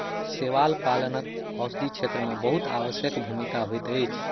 शैवाल पालनक औषधि क्षेत्र में बहुत आवश्यक भूमिका होइत अछि